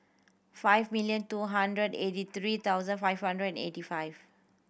five million two hundred eighty three thousand five hundred and eighty five